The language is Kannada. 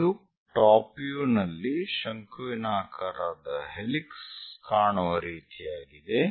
ಇದು ಟಾಪ್ ವ್ಯೂ ನಲ್ಲಿ ಶಂಕುವಿನಾಕಾರದ ಹೆಲಿಕ್ಸ್ ಕಾಣುವ ರೀತಿಯಾಗಿದೆ